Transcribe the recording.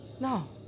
No